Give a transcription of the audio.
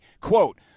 Quote